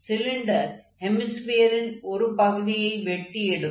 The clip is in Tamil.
சிலிண்டர் ஹெமிஸ்பியரின் ஒர் பகுதியை வெட்டி எடுக்கும்